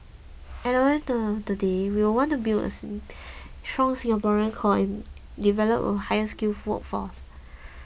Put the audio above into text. at the end of the day we want to build a strong Singaporean core and develop a higher skilled workforce